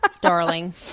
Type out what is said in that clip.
darling